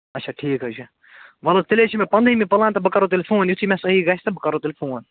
اَچھا ٹھیٖک حظ چھُ وَلہٕ حظ تیٚلہِ حظ چھُ مےٚ پنٛدہامہِ پُلان بہٕ کَرہو تیٚلہِ فون یُتھٕے مےٚ صحیح گَژھِ تہٕ بہٕ کَرہو تیٚلہِ فون